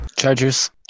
chargers